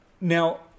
Now